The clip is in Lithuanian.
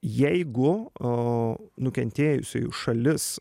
jeigu nukentėjusioji šalis